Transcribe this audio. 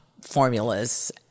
formulas